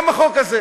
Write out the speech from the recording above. גם החוק הזה